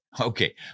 Okay